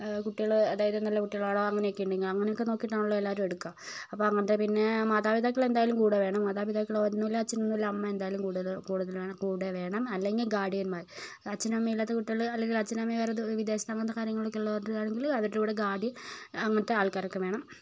കുട്ടികള് അതായത് നല്ല കുട്ടികളാണോ അങ്ങനെയൊക്കെ ഉണ്ടെങ്കിൽ അങ്ങനെയൊക്കെ നോക്കിയിട്ടാണല്ലോ എല്ലാവരും എടുക്കുക അപ്പോൾ അങ്ങനത്തെ പിന്നെ മാതാപിതാക്കൾ എന്തായാലും കൂടെ വേണം മാതാപിതാക്കൾ ഒന്നുമില്ലേൽ അച്ഛൻ എന്നല്ല അമ്മ എന്തായാലും കൂടുതൽ വേണം കൂടെ വേണം അല്ലെങ്കിൽ ഗാർഡിയന്മാര് അച്ഛനും അമ്മയും ഇല്ലാത്ത കുട്ടികള് അല്ലെങ്കിൽ അച്ഛനും അമ്മയും വേറെ വിദേശത്ത് അങ്ങനത്തെ കാര്യങ്ങളൊക്കെ ഉള്ളവരാണെങ്കില് അവരുടെ കൂടെ ഗാർഡിയൻ അങ്ങനത്തെ ആൾക്കാരൊക്കെ വേണം